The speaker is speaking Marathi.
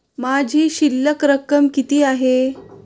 माझी शिल्लक रक्कम किती आहे?